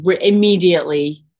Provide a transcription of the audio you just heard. immediately